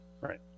Right